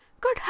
Good